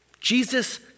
Jesus